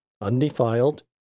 undefiled